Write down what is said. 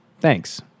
thanks